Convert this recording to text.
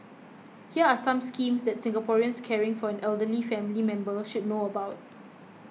here are some schemes that Singaporeans caring for an elderly family member should know about